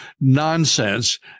nonsense